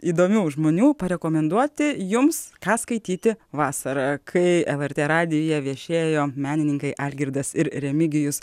įdomių žmonių parekomenduoti jums ką skaityti vasarą kai lrt radijuje viešėjo menininkai algirdas ir remigijus